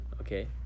okay